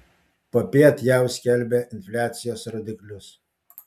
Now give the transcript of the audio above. popiet jav skelbia infliacijos rodiklius